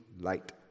light